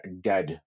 dead